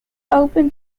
open